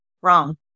Wrong